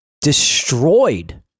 destroyed